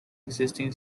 existing